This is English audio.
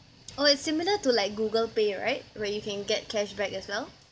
oh it's similar to like Google pay right where you can get cashback as well